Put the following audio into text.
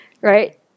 right